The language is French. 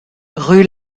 rue